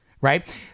right